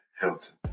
Hilton